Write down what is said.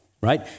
right